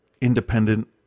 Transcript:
independent